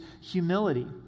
humility